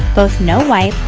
both no-wipe,